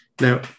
Now